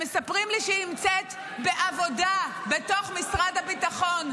שמספרים לי שהיא נמצאת בעבודה בתוך משרד הביטחון,